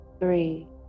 three